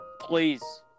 please